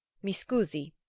mi scusi?